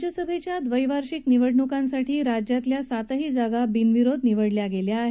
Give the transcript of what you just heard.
राज्यसभेच्या द्वैवार्षिक निवडणुकांसाठी राज्यातील सातही जागा बिनविरोध निवडल्या गेल्या आहेत